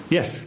Yes